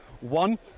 One